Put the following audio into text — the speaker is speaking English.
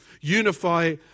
unify